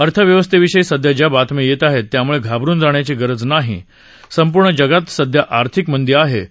अर्थव्यवस्थेविषयी सध्या ज्या बातम्या येत हेत त्यामुळे घाबरून जाण्याची गरज नाही संपूर्ण जगात सध्या र्थिक मंदी हे असं जावडेकर म्हणाले